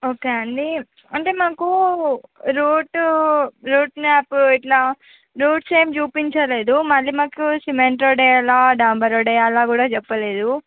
okay అండి అంటే మాకు రూట్ రూట్ మ్యాప్ ఇలా రూట్స్ ఏమీ చూపించలేదు మళ్ళీ మాకు సిమెంట్ రోడ్డు వెయ్యలా డాంబరు రోడ్ వెయ్యాలా కూడా చెప్పలేదు